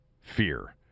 fear